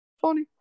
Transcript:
Funny